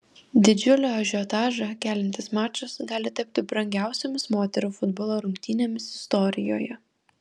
didžiulį ažiotažą keliantis mačas gali tapti brangiausiomis moterų futbolo rungtynėmis istorijoje